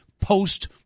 post